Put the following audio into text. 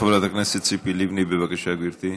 חברת הכנסת ציפי לבני, בבקשה, גברתי.